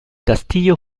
castillo